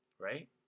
right